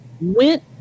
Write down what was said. Went